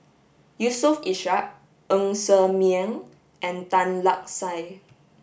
Yusof Ishak Ng Ser Miang and Tan Lark Sye